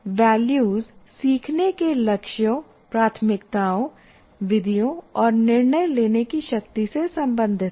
value सीखने के लक्ष्यों प्राथमिकताओं विधियों और निर्णय लेने की शक्ति से संबंधित हैं